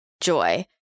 joy